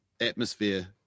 atmosphere